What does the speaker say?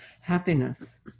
happiness